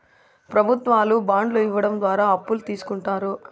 ప్రభుత్వాలు బాండ్లు ఇవ్వడం ద్వారా అప్పులు తీస్కుంటారు